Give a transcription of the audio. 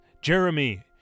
Jeremy